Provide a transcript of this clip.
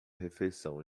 refeição